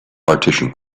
partition